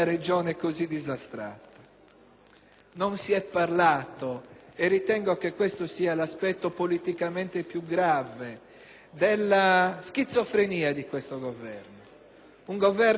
Non si è parlato, e ritengo che questo sia l'aspetto politicamente più grave, della schizofrenia di questo Governo, un Governo che predica la sicurezza,